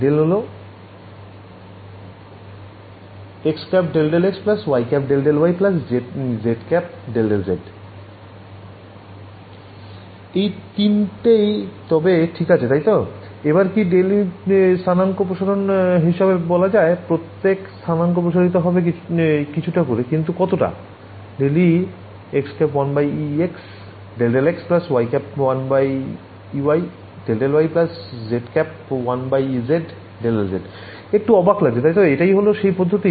∇≡ xˆ ∂∂x yˆ ∂∂y zˆ ∂∂z একটু অবাক লাগছে তো এটাই হল সেই পদ্ধতি